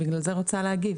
בגלל זה אני רוצה להגיב.